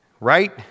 right